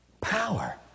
power